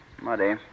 muddy